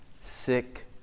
sick